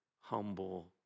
humble